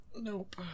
Nope